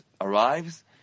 arrives